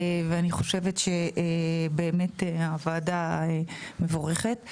אני חושבת שבאמת הוועדה מבורכת.